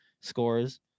scores